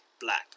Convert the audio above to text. black